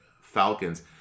Falcons